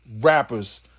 rappers